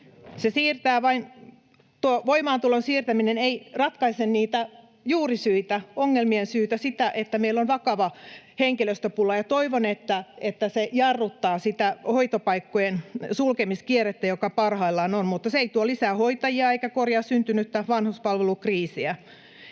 Lindén? — Tuo voimaantulon siirtäminen ei ratkaise niitä ongelmien juurisyitä, sitä, että meillä on vakava henkilöstöpula. Toivon, että se jarruttaa sitä hoitopaikkojen sulkemiskierrettä, joka parhaillaan on, mutta se ei tuo lisää hoitajia eikä korjaa syntynyttä vanhuspalvelukriisiä.